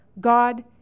God